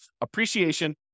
appreciation